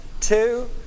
two